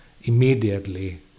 immediately